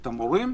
את המורים,